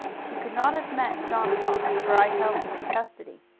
he could not have met john fox, for i held him in custody.